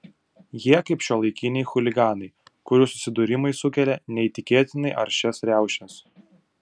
jie kaip šiuolaikiniai chuliganai kurių susidūrimai sukelia neįtikėtinai aršias riaušes